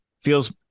feels